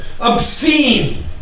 Obscene